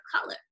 color